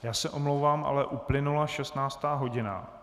Já se omlouvám, ale uplynula 16. hodina.